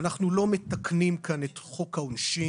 אנחנו לא מתקנים כאן את חוק העונשין.